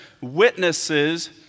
witnesses